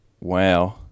wow